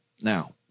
Now